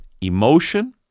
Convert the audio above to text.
emotion